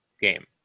game